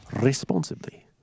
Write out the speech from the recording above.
responsibly